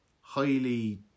Highly